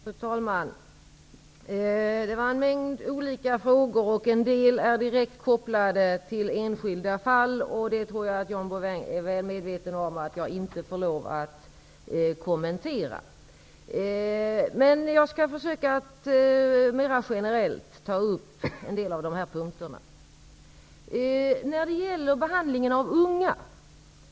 Fru talman! Det var en mängd olika frågor. En del är direkt kopplade till enskilda fall. Jag tror att John Bouvin är väl medveten om att jag inte får lov att kommentera dessa. Men jag skall försöka att ta upp en del av de här punkterna mer generellt. John Bouvin talade om behandlingen av värstingar.